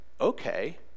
okay